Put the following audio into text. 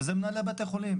ואלו מנהלי בתי החולים,